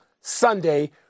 Sunday